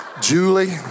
Julie